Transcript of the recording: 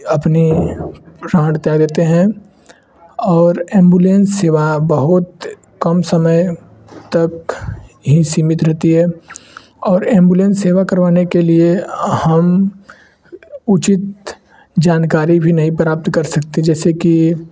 अपने प्राण त्याग देते हैं और एम्बुलेंस सेवा बहुत कम समय तक ही सीमित रहती है और ऐम्बुलेंस सेवा करवाने के लिए हम उचित जानकारी भी नहीं प्राप्त कर सकते जैसे कि